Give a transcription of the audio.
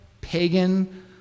pagan